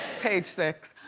page six.